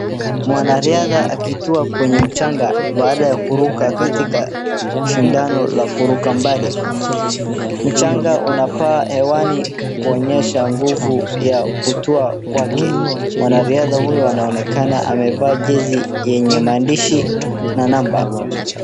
Mwanariadha akitua kwenye mchanga baada ya kuruka katika shindano la kuruka mbali. Mchanga unapaa hewani kuonyesha nguvu ya kutua kwake. Mwanariadha huyo anaonekana amevaa jezi yenye maandishi na namba.